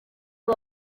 aba